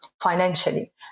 financially